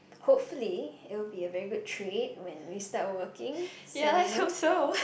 hopefully it will be a very good trait when we start working so you know